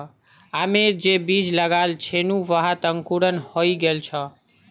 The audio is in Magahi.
आमेर जे बीज लगाल छिनु वहात अंकुरण हइ गेल छ